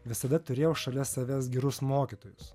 visada turėjau šalia savęs gerus mokytojus